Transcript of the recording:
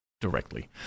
directly